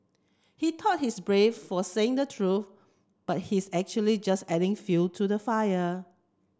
he thought he's brave for saying the truth but he's actually just adding fuel to the fire